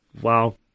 wow